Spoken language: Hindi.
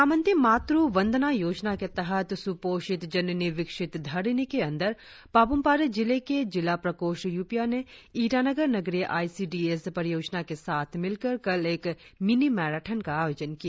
प्रधानमंत्री मात्र वंदना योजना के तहत सुपोषित जननी विकसित धरिणी के अंदर पापुम पारे जिले के जिला प्रकोष्ठ यूपीया ने ईटानगर नगरीय आई सी डी एस परियोजना के साथ मिलकर कल एक मिनी मैराथन का आयोजन किया